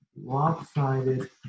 lopsided